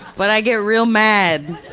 but i get real mad.